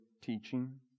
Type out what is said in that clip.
teaching